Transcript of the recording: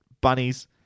bunnies